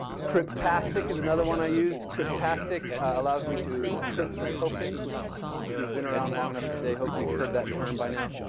cryptastic is another one i used. cryptastic allows me to encrypt the tokens which if you've been around long enough today hope you've heard that term by now.